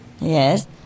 Yes